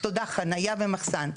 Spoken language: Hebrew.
תודה, חניה ומחסן.